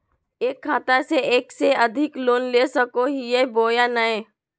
एक खाता से एक से अधिक लोन ले सको हियय बोया नय?